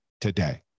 today